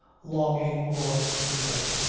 longing or regret.